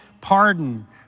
pardon